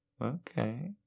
Okay